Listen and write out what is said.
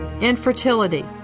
Infertility